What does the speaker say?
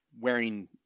wearing